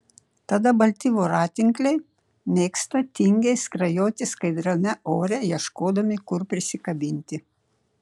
tada balti voratinkliai mėgsta tingiai skrajoti skaidriame ore ieškodami kur prisikabinti